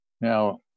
Now